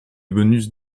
bonus